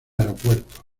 aeropuertos